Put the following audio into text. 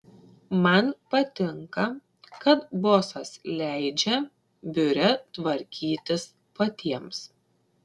man patinka kad bosas leidžia biure tvarkytis patiems